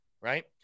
Right